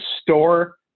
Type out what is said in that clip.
store